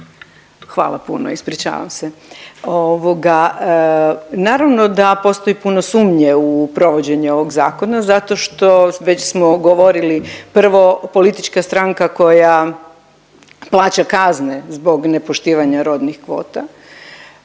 Hvala puno, ispričavam se. Ovoga naravno da postoji puno sumnje u provođenje ovoga zakona zašto što već smo govorili, prvo politička stranka koja plaća kazne zbog nepoštivanja rodnih kvota